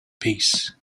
peace